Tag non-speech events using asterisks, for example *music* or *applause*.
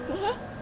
*noise*